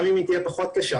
גם אם היא תהיה פחות קשה,